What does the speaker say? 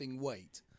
weight